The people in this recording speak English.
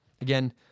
again